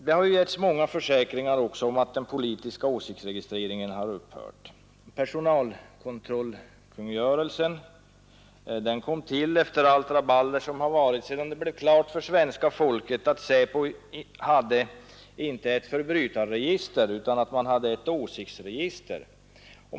Det har också getts många försäkringar om att den politiska åsiktsregistreringen har upphört. Personalkontrollkungörelsen kom till efter allt rabalder som varit sedan det blev klart för svenska folket att SÄPO hade, inte ett förbrytarregister utan ett åsiktsregister.